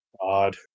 God